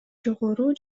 жогору